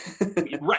right